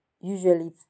usually